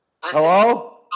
Hello